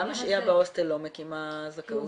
למה שהייה בהוסטל לא מקימה זכאות?